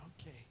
Okay